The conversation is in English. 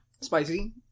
Spicy